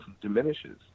diminishes